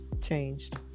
changed